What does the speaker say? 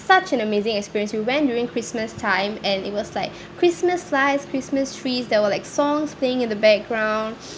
such an amazing experience we went during christmas time and it was like christmas lights christmas trees there were like songs playing in the background